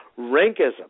Rankism